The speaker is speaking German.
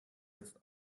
jetzt